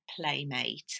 Playmate